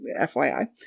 FYI